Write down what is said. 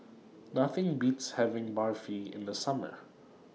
Nothing Beats having Barfi in The Summer